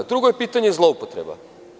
Drugo je pitanje zloupotrebe.